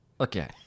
okay